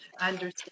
understand